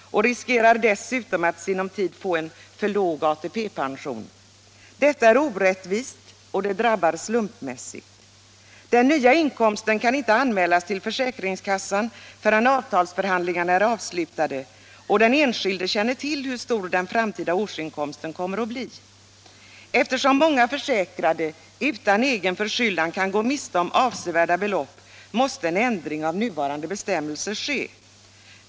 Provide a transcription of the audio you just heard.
De riskerar dessutom att i sinom tid få för låg ATP. Detta är orättvist och drabbar slumpmässigt. Den nya inkomsten kan inte anmälas till försäkringskassan förrän avtalsförhandlingarna är avslutade och den enskilde känner till hur stor den framtida årsinkomsten kommer att bli. Eftersom många försäkrade utan egen förskyllan kan gå miste om avsevärda belopp måste en ändring av nuvarande bestämmelser ske.